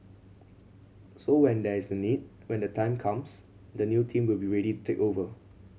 so when there is the need when the time comes the new team will be ready to take over